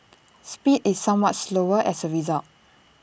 speed is somewhat slower as A result